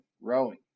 rowing